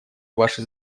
ваши